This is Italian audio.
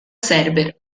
server